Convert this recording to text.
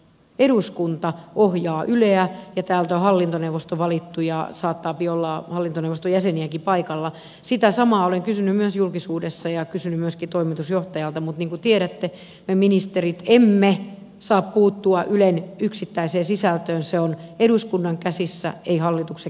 eduskunta ohjaa yleä etäältä hallintoneuvosto valittu ja saattaapi ollaan hallintoneuvostojäseniäkin paikalla sitä samaa oli kyse myös julkisuudessa ja kysyy myöskin toimitusjohtajaltamutvin tiedättepäministerin emme saa puuttua ylen yksittäiseen sisältöön se on eduskunnan käsissä ei hallituksen